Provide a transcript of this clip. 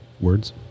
Words